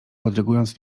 podrygując